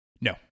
No